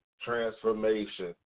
transformation